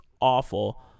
awful